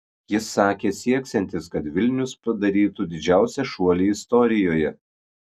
jis sakė sieksiantis kad vilnius padarytų didžiausią šuolį istorijoje